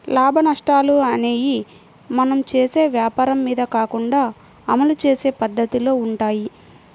లాభనష్టాలు అనేయ్యి మనం చేసే వ్వాపారం మీద కాకుండా అమలు చేసే పద్దతిలో వుంటయ్యి